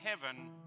heaven